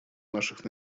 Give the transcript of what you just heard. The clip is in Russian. наших